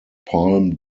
palm